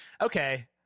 okay